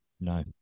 No